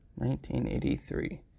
1983